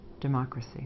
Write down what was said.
democracy